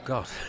God